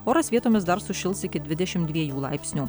oras vietomis dar sušils iki dvidešim dviejų laipsnių